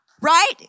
Right